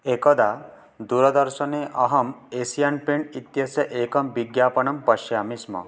एकदा दूरदर्शने अहम् एसियन् पेण्ट् इत्यस्य एकं विज्ञापनं पश्यामि स्म